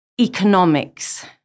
economics